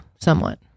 somewhat